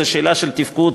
זאת שאלה של תפקוד,